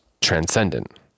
transcendent